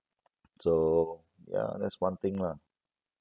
so ya that's one thing lah